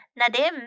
Nadim